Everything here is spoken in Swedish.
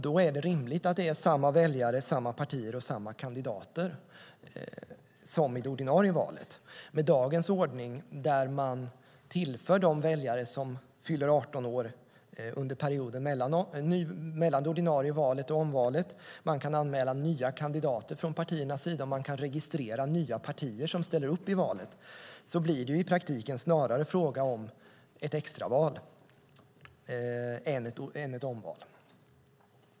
Då är det rimligt att det är samma väljare, samma partier och samma kandidater som i det ordinarie valet. Med dagens ordning tillför man de väljare som fyller 18 år under perioden mellan det ordinarie valet och omvalet. Man kan anmäla nya kandidater från partiernas sida. Man kan registrera nya partier som ställer upp i valet. Då blir det i praktiken snarare fråga om ett extraval än om ett omval.